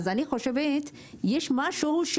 אז אני חושבת שיש משהו,